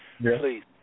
Please